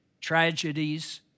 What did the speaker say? tragedies